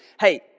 hey